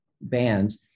bands